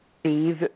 Steve